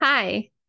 Hi